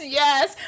yes